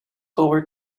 over